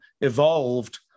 evolved